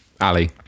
Ali